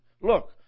Look